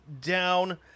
down